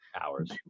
hours